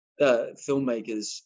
filmmakers